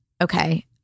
okay